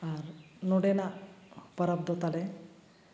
ᱟᱨ ᱱᱚᱰᱮᱱᱟᱜ ᱯᱚᱨᱚᱵᱽ ᱫᱚ ᱛᱟᱞᱮ